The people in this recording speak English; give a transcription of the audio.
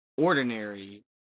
ordinary